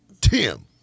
Tim